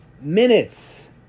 minutes